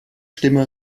stimme